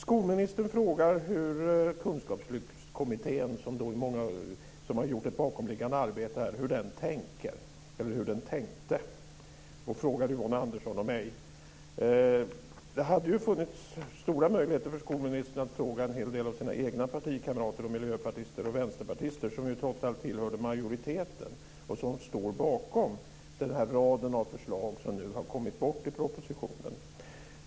Skolministern frågar hur Kunskapslyftskommittén, som har gjort ett bakomliggande arbete, tänkte. Hon frågar Yvonne Andersson och mig. Det hade ju funnits stora möjligheter för skolministern att fråga en hel del av sina egna partikamrater samt miljöpartister och vänsterpartister, som trots allt tillhörde majoriteten. De står bakom den rad av förslag som nu har kommit bort i propositionen.